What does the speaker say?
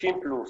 60 פלוס,